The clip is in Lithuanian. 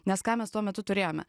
nes ką mes tuo metu turėjome